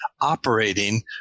operating